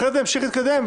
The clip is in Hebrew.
אחרי זה נמשיך להתקדם.